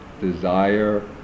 desire